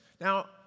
Now